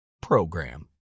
PROGRAM